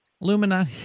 Lumina